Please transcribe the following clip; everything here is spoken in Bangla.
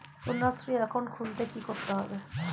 কন্যাশ্রী একাউন্ট খুলতে কী করতে হবে?